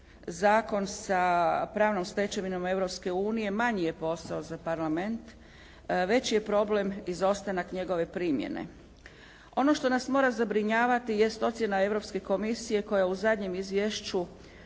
zakon sa pravnom stečevinom Europske unije manji je posao za Parlament, veći je problem izostanak njegove primjene. Ono što nas mora zabrinjavati jest ocjena Europske komisije koja je u zadnjem izvješću